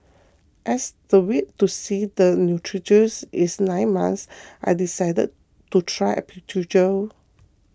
as the wait to see the neurologist is nine months I decided to try acupuncture